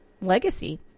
Legacy